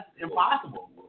impossible